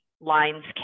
lines